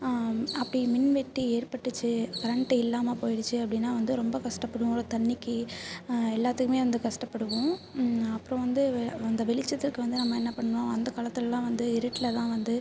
அப்படி மின்வெட்டி ஏற்பட்டுச்சு கரெண்ட் இல்லாமல் போயிடுச்சு அப்படின்னா வந்து ரொம்ப கஷ்டப்படுவோம் ஒரு தண்ணிக்கு எல்லாத்துக்குமே வந்து கஷ்டப்படுவோம் அப்புறம் வந்து அந்த வெளிச்சத்துக்கு வந்து நம்ம என்ன பண்ணோம் அந்த காலத்துலலாம் வந்து இருட்டில் தான் வந்து